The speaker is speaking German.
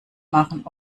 machen